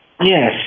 Yes